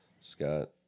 Scott